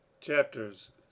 Chapters